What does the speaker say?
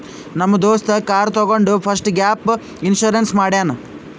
ನಮ್ ದೋಸ್ತ ಕಾರ್ ತಗೊಂಡ್ ಫಸ್ಟ್ ಗ್ಯಾಪ್ ಇನ್ಸೂರೆನ್ಸ್ ಮಾಡ್ಯಾನ್